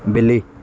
ਬਿੱਲੀ